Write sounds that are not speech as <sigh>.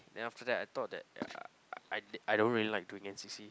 then after that I thought that <noise> I I don't really like doing n_c_c